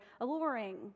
alluring